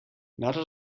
nadat